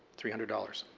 three hundred dollars.